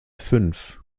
fünf